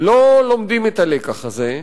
לא לומדים את הלקח הזה,